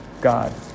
God